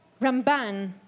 Ramban